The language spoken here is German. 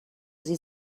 sie